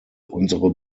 unsere